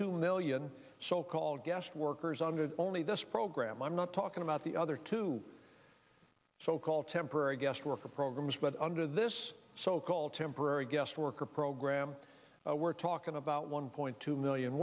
two million so called guest workers under only this program i'm not talking about the other two so called temporary guest worker programs but under this so called temporary guest worker program we're talking about one point two million